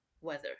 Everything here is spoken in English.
weather